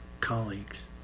colleagues